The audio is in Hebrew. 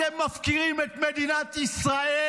אתם מפקירים את מדינת ישראל.